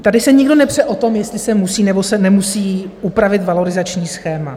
Tady se nikdo nepře o tom, jestli se musí, nebo se nemusí upravit valorizační schéma.